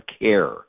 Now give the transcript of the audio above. care